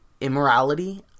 immorality